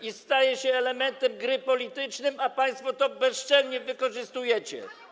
i staje się elementem gry politycznej, a państwo to bezczelnie wykorzystujecie?